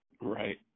Right